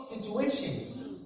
situations